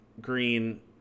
green